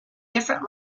different